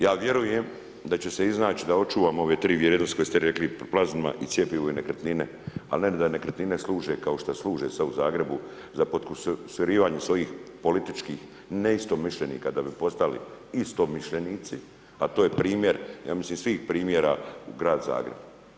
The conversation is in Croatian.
Ja vjerujem da će se iznać da očuvamo ove tri vrijednosti koje ste rekli plazma i cjepivo i nekretnine, ali ne da nekretnine služe kao što služe sad u Zagrebu za podkusurivanje svojih političkih neistomišljenika da bi postali istomišljenici, a to je primjer ja mislim svih primjera u grad Zagrebu.